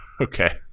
Okay